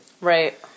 Right